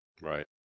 Right